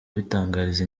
abitangariza